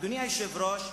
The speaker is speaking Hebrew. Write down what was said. אדוני היושב-ראש,